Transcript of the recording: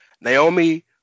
Naomi